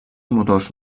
motors